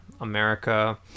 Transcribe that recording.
America